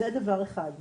זה דבר אחד.